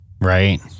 Right